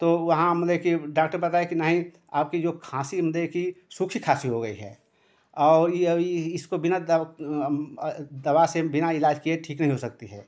तो वहाँ मतलब कि डॉक्टर ने बताया कि नहीं आपकी जो खाँसी हमने देखी सूखी खाँसी हो गई है और यह अब इ इसको बिना दवा से बिना इलाज़ किए ठीक नहीं हो सकती है